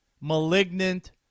malignant